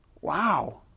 wow